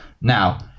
Now